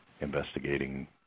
investigating